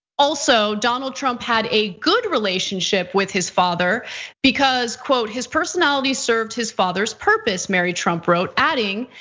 also, donald trump had a good relationship with his father because, quote, his personality served his father's purpose, mary trump wrote, adding,